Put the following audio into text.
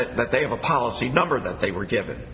said that they have a policy number that they were given